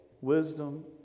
wisdom